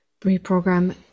reprogram